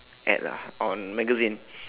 ad lah on magazine